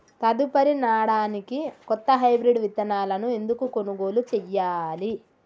తదుపరి నాడనికి కొత్త హైబ్రిడ్ విత్తనాలను ఎందుకు కొనుగోలు చెయ్యాలి?